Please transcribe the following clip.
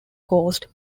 coast